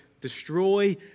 destroy